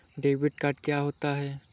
Debit card क्या होता है?